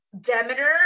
Demeter